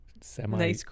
semi